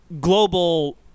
global